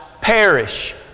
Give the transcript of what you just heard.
perish